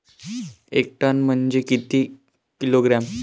एक टन म्हनजे किती किलोग्रॅम?